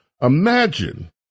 Imagine